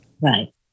Right